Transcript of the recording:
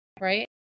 Right